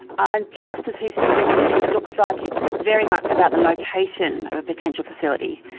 um just as he suspected, it looks like it's very much about the location of a potential facility.